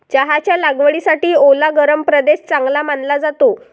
चहाच्या लागवडीसाठी ओला गरम प्रदेश चांगला मानला जातो